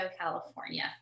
California